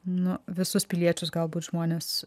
nu visus piliečius galbūt žmones